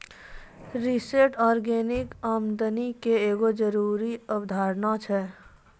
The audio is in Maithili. रिटेंड अर्निंग आमदनी के एगो जरूरी अवधारणा छै